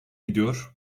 gidiyor